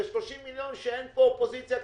זה 30 מיליון שלגביהם אין פה אופוזיציה-קואליציה.